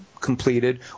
completed